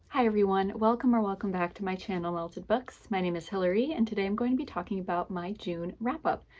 hi everyone, welcome or welcome back to my channel, melted books. my name is hilary, and today, i'm going to be talking about my june wrap up.